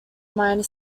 minor